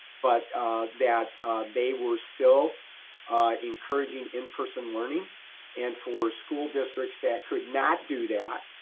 but that they were still encouraging in-person learning and for school districts that could not do that,